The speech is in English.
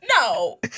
No